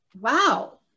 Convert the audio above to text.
wow